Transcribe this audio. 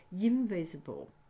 invisible